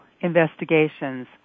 Investigations